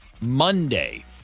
Monday